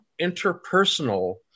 interpersonal